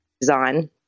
design